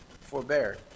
forbear